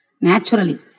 naturally